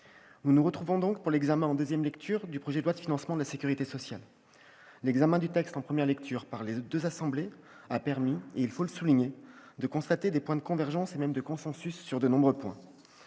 Nous nous retrouvons donc pour l'examen, en nouvelle lecture, du projet de loi de financement de la sécurité sociale pour 2018. L'examen du texte en première lecture par les deux assemblées a permis, je veux le souligner, de constater des convergences, et même un consensus, sur de nombreux points-